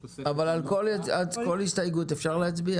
על כל הסתייגות של חבר הכנסת אשר אפשר להצביע?